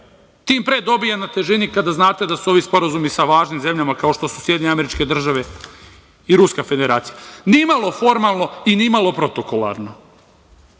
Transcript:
Tim pre dobija na težini kada znate da su ovi sporazumi sa važnim zemljama kao što su SAD i Ruska Federacija. Ni malo formalno i ni malo protokolarno.